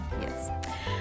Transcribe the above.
Yes